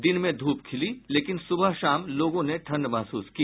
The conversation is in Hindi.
दिन में ध्रप खिली लेकिन सुबह शाम लोगों ने ठंड महसूस की